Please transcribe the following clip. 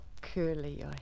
curly